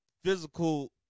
physical